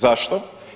Zašto?